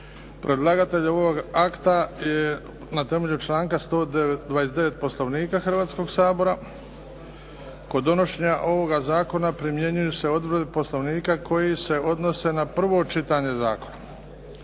Predlagatelj ovog akta je na temelju članka 129. Poslovnika Hrvatskog sabora, kod donošenja ovog zakona primjenjuju se odredbe Poslovnika koje se odnose na prvo čitanje zakona.